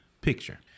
picture